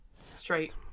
straight